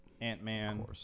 Ant-Man